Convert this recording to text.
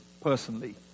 personally